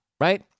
right